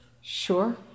Sure